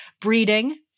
breeding